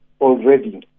already